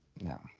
No